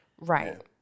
Right